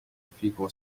fico